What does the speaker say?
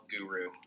guru